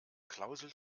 klausel